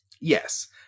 Yes